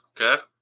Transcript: Okay